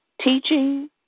teaching